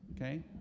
Okay